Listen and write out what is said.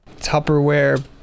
Tupperware